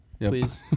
Please